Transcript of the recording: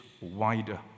wider